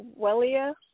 wellia